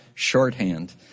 Shorthand